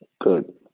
Good